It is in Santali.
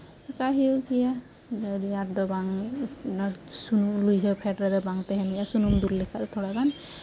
ᱫᱟᱠᱟ ᱦᱩᱭᱩᱜ ᱜᱮᱭᱟ ᱨᱫᱚ ᱵᱟᱝ ᱚᱱᱟ ᱥᱩᱱᱩᱢ ᱞᱟᱹᱭᱦᱟᱹ ᱯᱷᱮᱰ ᱨᱮ ᱫᱚ ᱵᱟᱝ ᱛᱟᱦᱮᱱ ᱜᱮᱭᱟ ᱥᱩᱱᱩᱢ ᱫᱩᱞ ᱞᱮᱠᱷᱟᱡᱠ ᱫᱚ ᱛᱷᱚᱲᱟ ᱜᱟᱱ